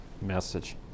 message